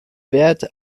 wert